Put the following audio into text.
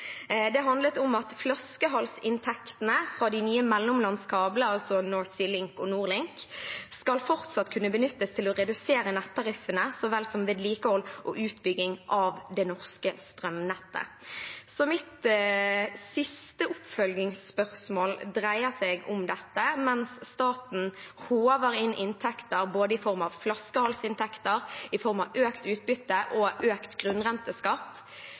Det handlet om at flaskehalsinntektene fra de nye mellomlandskablene – altså North Sea Link og NordLink – fortsatt skal kunne benyttes til å redusere nettariffene, så vel som til vedlikehold og utbygging av det norske strømnettet. Så mitt siste oppfølgingsspørsmål dreier seg om dette. Mens staten håver inn inntekter, både i form av flaskehalsinntekter, i form av økt utbytte og økt grunnrenteskatt: